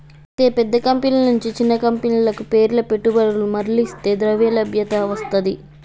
అయితే పెద్ద కంపెనీల నుంచి చిన్న కంపెనీలకు పేర్ల పెట్టుబడులు మర్లిస్తే ద్రవ్యలభ్యత వస్తది